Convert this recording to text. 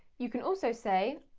you can also say,